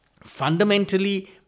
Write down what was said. fundamentally